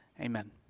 Amen